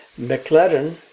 McLaren